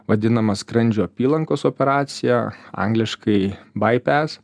vadinama skrandžio apylankos operacija angliškai baipes